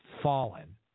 fallen